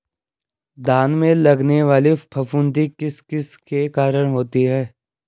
धान में लगने वाली फफूंदी किस किस के कारण होती है?